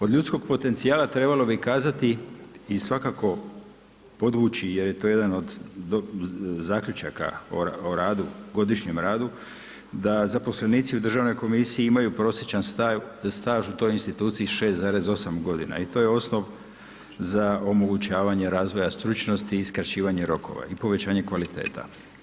Od ljudskog potencijala trebalo bi kazati i svakako podvući jer je to jedan od zaključaka o radu, godišnjem radu, da zaposlenici u Državnoj komisiji imaju prosječan staž u toj instituciji 6,8 godina i to je osnov za omogućavanje razvoja stručnosti i skraćivanje rokova i povećanje kvaliteta.